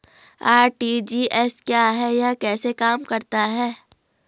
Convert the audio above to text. RTGS क्या है यह कैसे काम करता है?